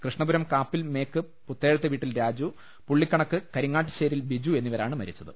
കൃഷ്ണപുരം കാപ്പിൽ മേക്ക് പുത്തേഴത്ത്വീട്ടിൽ രാജു പുള്ളിക്കണക്ക് കരിങ്ങാട്ട്ശ്ശേരിൽ ബിജു എന്നിവരാണ് മരിച്ചത്